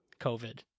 covid